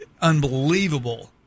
unbelievable